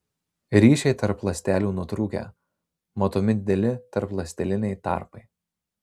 ryšiai tarp ląstelių nutrūkę matomi dideli tarpląsteliniai tarpai